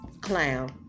clown